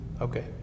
Okay